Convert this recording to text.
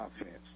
offense